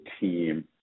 team